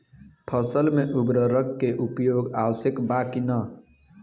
फसल में उर्वरक के उपयोग आवश्यक बा कि न?